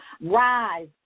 rise